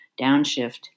downshift